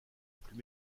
plus